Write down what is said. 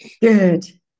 Good